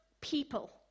People